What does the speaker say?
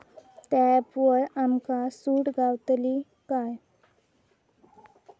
त्या ऍपवर आमका सूट गावतली काय?